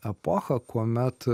epochą kuomet